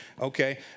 Okay